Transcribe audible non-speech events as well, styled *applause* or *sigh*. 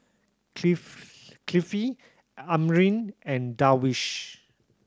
*unintelligible* Kifli Amrin and Darwish